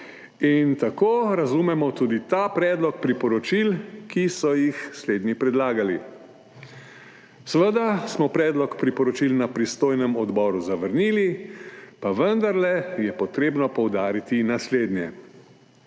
in tako razumemo tudi ta predlog priporočil, ki so jih slednji predlagali. Seveda smo predlog priporočil na pristojnem odboru zavrnili, pa vendarle je potrebno poudariti naslednje.